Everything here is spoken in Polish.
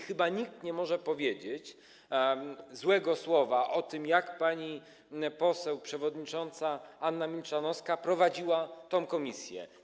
Chyba nikt nie może powiedzieć złego słowa o tym, jak pani poseł przewodnicząca Anna Milczanowska prowadziła prace tej komisji.